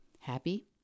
Happy